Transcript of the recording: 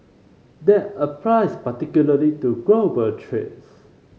that applies particularly to global trace